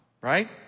right